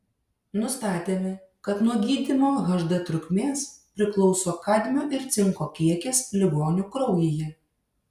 nustatėme kad nuo gydymo hd trukmės priklauso kadmio ir cinko kiekis ligonių kraujyje